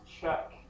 check